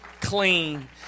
clean